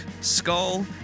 Skull